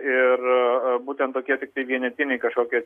ir būtent tokie tiktai vienetiniai kažkokie